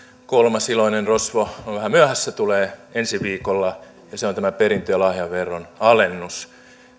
kolmas iloinen rosvo on vähän myöhässä tulee ensi viikolla ja se on tämä perintö ja lahjaveron alennus